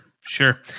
sure